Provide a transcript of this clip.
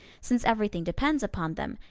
since everything depends upon them,